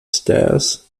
stars